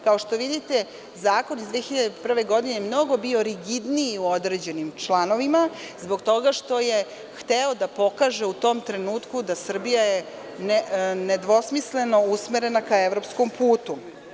Kao što vidite, zakon iz 2001. godine je bio mnogo rigidniji u određenim članovima zbog toga što je hteo da pokaže, u tom trenutku, da je Srbija nedvosmisleno usmerena ka evropskom putu.